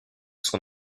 son